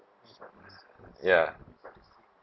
ya